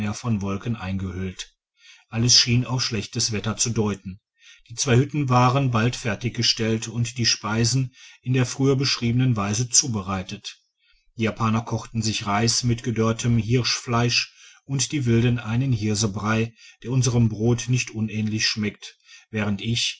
von wolken eingehüllt alles schien auf schlechtes wetter zu deuten die zwei hütten waren bald fertiggestellt und die speisen in der früher beschriebenen weise zubereitet die japaner kochten sich reis mit gedörrtem hirschfleisch und die wilden einen hirsebrei der unserem brot nicht unähnlich schmeckt während ich